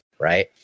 right